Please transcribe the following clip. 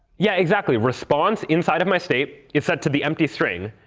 yeah, exactly. response inside of my state is set to the empty string.